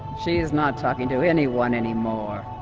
she is not talking to anyone anymore